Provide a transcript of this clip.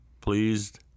pleased